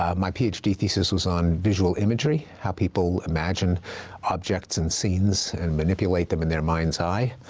um my ph d. thesis was on visual imagery, how people imagine objects and scenes and manipulate them in their mind's eye.